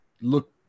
look